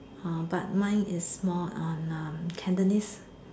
uh but mine is more on uh Cantonese